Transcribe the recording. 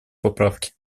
поправки